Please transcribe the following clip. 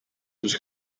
was